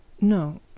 No